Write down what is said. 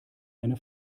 eine